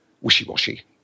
wishy-washy